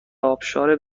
ابشار